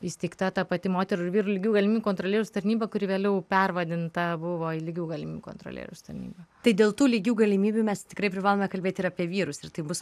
įsteigta ta pati moterų ir vyrų lygių galimybių kontrolieriaus tarnyba kuri vėliau pervadinta buvo į lygių galimybių kontrolieriaus tarnybą tai dėl tų lygių galimybių mes tikrai privalome kalbėti ir apie vyrus ir tai bus